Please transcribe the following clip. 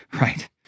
Right